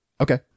Okay